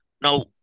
Now